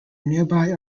nearby